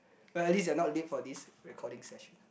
at least you're not late for this recording session